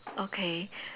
okay